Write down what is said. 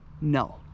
No